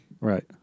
Right